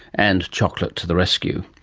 and chocolate to the rescue.